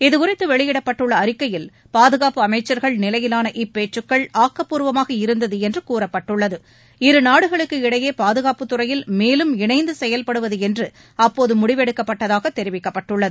இதுகுறித்து வெளியிடப்பட்டுள்ள அறிக்கையில் பாதுகாப்பு அமைச்சர்கள் நிலையிலான இப்பேச்சுக்கள் ஆக்கப்பூர்வமாக இருந்தது என்று கூறப்பட்டுள்ளது இரு நாடுகளுக்கு இடையே பாதுகாப்பு துறையில் மேலும் இணைந்து செயல்படுவது என்று அப்போது முடிவெடுக்கப்பட்டதாக தெரிவிக்கப்பட்டுள்ளது